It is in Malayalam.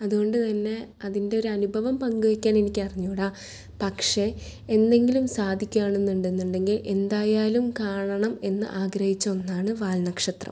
അതുകൊണ്ട് തന്നെ അതിൻ്റെ ഒരനുഭവം പങ്കുവെക്കാൻ എനിക്കറിഞ്ഞുകൂട പക്ഷേ എന്നെങ്കിലും സാധിക്കുക ആണെന്നുണ്ടെന്നുണ്ടെങ്കിൽ എന്തായാലും കാണണം എന്ന് ആഗ്രഹിച്ച ഒന്നാണ് വാൽനക്ഷത്രം